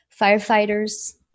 Firefighters